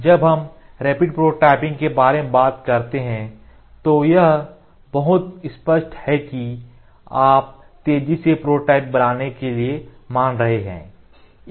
जब हम rapid prototyping के बारे में बात करते हैं तो यह बहुत स्पष्ट है कि आप तेजी से प्रोटोटाइप बनाने के लिए मान रहे हैं